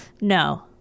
No